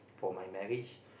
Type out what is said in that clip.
for my marriage